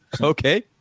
Okay